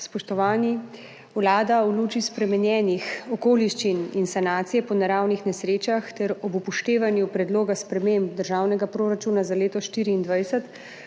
Spoštovani! Vlada v luči spremenjenih okoliščin in sanacije po naravnih nesrečah ter ob upoštevanju predloga sprememb državnega proračuna za leto 2024